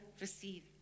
receive